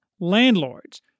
landlords